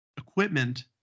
equipment